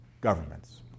governments